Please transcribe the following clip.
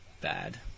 bad